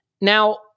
Now